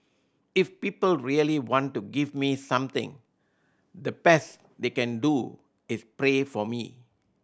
if people really want to give me something the best they can do is pray for me